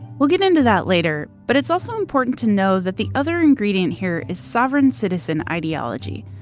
we'll get into that later, but it's also important to know that the other ingredient here is sovereign citizen ideology.